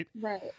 right